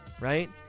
right